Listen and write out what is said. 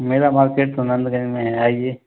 मेरा मॉल सेख सुमंदगंज में है आइए